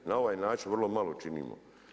Na ovaj način vrlo malo činimo.